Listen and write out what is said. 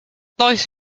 life